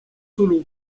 solo